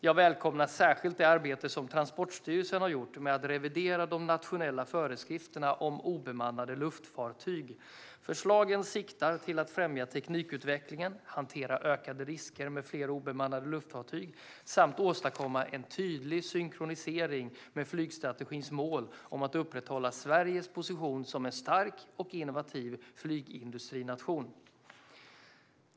Jag välkomnar särskilt det arbete som Transportstyrelsen har gjort med att revidera de nationella föreskrifterna om obemannade luftfartyg. Förslagen syftar till att främja teknikutvecklingen, hantera ökade risker med fler obemannade luftfartyg samt åstadkomma en tydlig synkronisering med flygstrategins mål om att upprätthålla Sveriges position som en stark och innovativ flygindustrination.